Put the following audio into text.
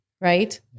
Right